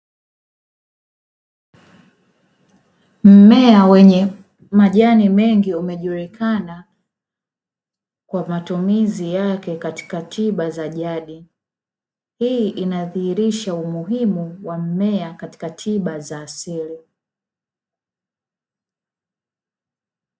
Mmea wenye majani mengi unaojulikana kwa matumizi yake katika tiba za jadi, hii inadhihirisha umuhimu wa mmea katika tiba za asili.